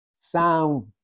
sound